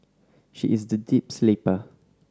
she is the deep sleeper